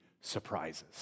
surprises